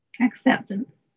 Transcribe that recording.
acceptance